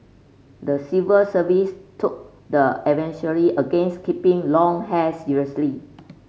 the civil service took the advisory against keeping long hair seriously